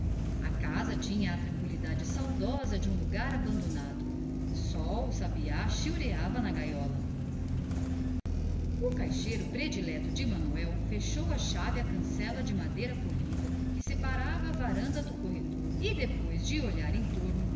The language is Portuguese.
a casa tinha a tranqüilidade saudosa de um lugar abandonado só o sabiá chilreava na gaiola o caixeiro predileto de manuel fechou à chave a cancela de madeira polida que separava a varanda do corredor e depois de olhar em torno